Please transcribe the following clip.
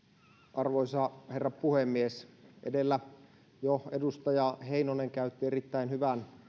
arvoisa herra puhemies edellä jo edustaja heinonen käytti erittäin hyvän